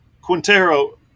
Quintero